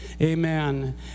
Amen